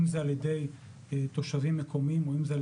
אם זה על ידי תושבים מקומיים ואם זה על